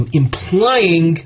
implying